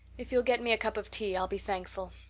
if you'll get me a cup of tea i'll be thankful.